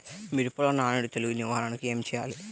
మిరపలో నానుడి తెగులు నివారణకు ఏమి చేయాలి?